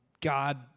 God